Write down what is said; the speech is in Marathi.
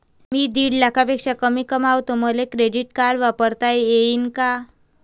मी दीड लाखापेक्षा कमी कमवतो, मले क्रेडिट कार्ड वापरता येईन का?